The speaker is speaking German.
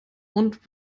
und